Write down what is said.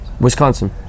Wisconsin